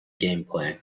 gameplay